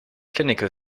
clinical